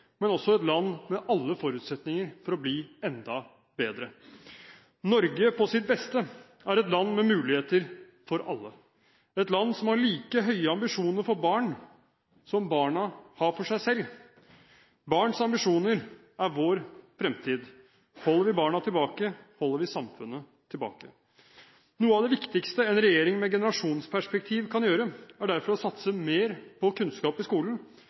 men også et land med alle forutsetninger for å bli enda bedre. Norge på sitt beste er et land med muligheter for alle, et land som har like høye ambisjoner for barn, som barna har for seg selv. Barns ambisjoner er vår fremtid. Holder vi barna tilbake, holder vi samfunnet tilbake. Noe av det viktigste en regjering med generasjonsperspektiv kan gjøre, er derfor å satse mer på kunnskap i skolen